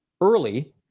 early